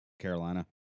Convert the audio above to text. Carolina